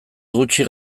gutxi